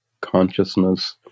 consciousness